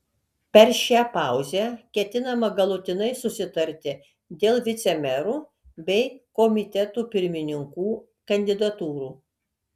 per šią pauzę ketinama galutinai susitarti dėl vicemerų bei komitetų pirmininkų kandidatūrų